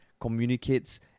communicates